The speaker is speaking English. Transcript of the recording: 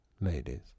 ladies